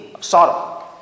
Sodom